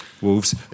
Wolves